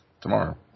tomorrow